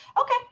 okay